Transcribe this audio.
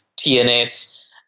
TNS